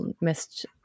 missed